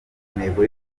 intego